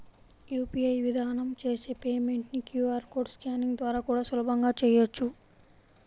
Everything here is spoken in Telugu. యూ.పీ.ఐ విధానం చేసే పేమెంట్ ని క్యూ.ఆర్ కోడ్ స్కానింగ్ ద్వారా కూడా సులభంగా చెయ్యొచ్చు